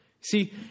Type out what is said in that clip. See